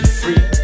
free